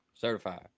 Certified